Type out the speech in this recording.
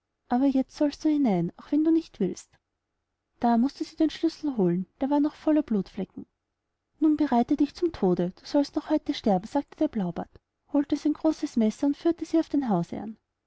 aber jetzt sollst du hinein wenn du auch nicht willst da mußte sie den schlüssel holen der war noch voller blutflecken nun bereite dich zum tode du sollst noch heute sterben sagte der blaubart holte sein großes messer und führte sie auf den hausehrn